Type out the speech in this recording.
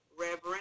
Reverend